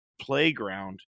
playground